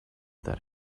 that